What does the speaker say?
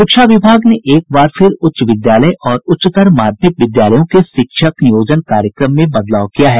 शिक्षा विभाग ने एक बार फिर उच्च विद्यालय और उच्चतर माध्यमिक विद्यालयों के शिक्षक नियोजन कार्यक्रम में बदलाव किया है